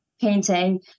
painting